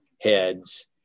heads